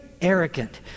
arrogant